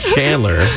Chandler